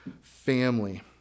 family